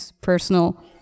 personal